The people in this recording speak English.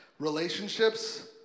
relationships